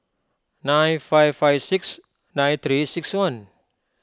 nine five five six nine three six one